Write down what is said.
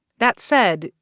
that said,